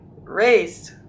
raised